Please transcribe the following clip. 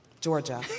Georgia